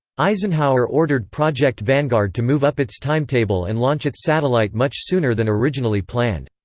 eisenhower ordered project vanguard to move up its timetable and launch its satellite much sooner than originally planned.